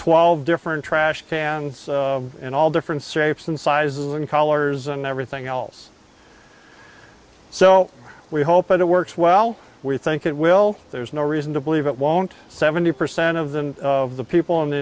twelve different trash cans in all different syrups and sizes and colors and everything else so we hope it works well we think it will there's no reason to believe it won't seventy percent of them of the people